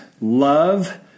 love